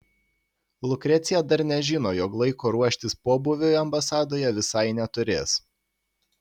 lukrecija dar nežino jog laiko ruoštis pobūviui ambasadoje visai neturės